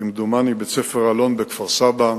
כמדומני בית-ספר "אלון" בכפר-סבא,